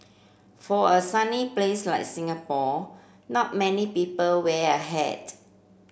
for a sunny place like Singapore not many people wear a hat